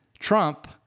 Trump